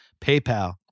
PayPal